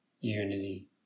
unity